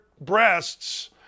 breasts